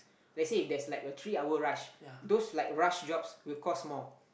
let's say if there's like a three hour rush those like rush jobs will cost more